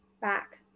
back